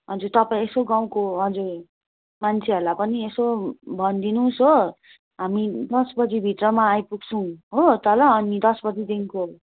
हजुर तपाईँ यसो गाउँको हजुर मान्छेहरूलाई पनि यसो भनिदिनु होस् हो हामी दस बजी भित्रमा आइपुग्छौँ हो तल अनि दस बजीदेखिको